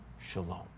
shalom